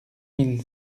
mille